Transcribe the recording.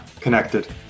Connected